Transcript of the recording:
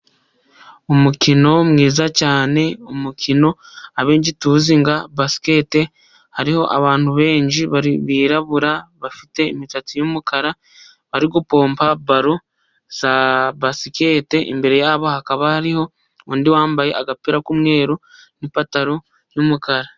Umukino mwiza cyane umukino abenshi tuzi nka basikete hariho abantu benshi birabura bafite imisatsi y'umukara bari gupompa balo za basikete, imbere yabo hakaba hariho undi wambaye agapira k'umweru n'ipantaro y'umukara.